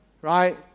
right